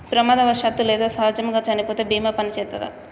ప్రమాదవశాత్తు లేదా సహజముగా చనిపోతే బీమా పనిచేత్తదా?